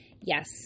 Yes